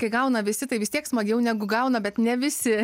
kai gauna visi tai vis tiek smagiau negu gauna bet ne visi